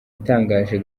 itangaje